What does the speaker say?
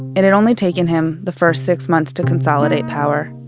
it had only taken him the first six months to consolidate power.